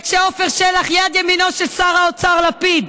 וכשעפר שלח, יד ימינו של שר האוצר לפיד,